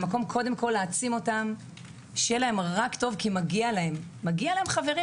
אני אמשיך להעצים אותם ושיהיה להם רק טוב כי מגיע להם שיהיו להם חברים,